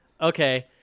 Okay